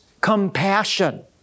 compassion